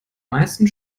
meisten